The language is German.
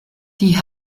die